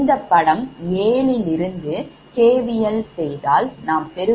இந்த படம் 7யிலிருந்து KVL செய்தால் நாம் பெறுவது VkVjZbIk